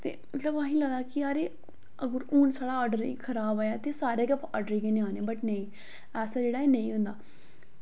ते मतलब असेंगी लगदा कि यार एह् अगर हून साढ़ा आर्डर एह् खराब आया ते सारे गै आर्डर इयै नेहं आने बट नेईं ऐसा जेह्ड़ा एह् नेईं होंदा